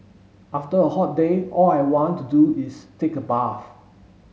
after a hot day all I want to do is take a bath